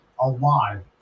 alive